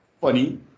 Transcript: funny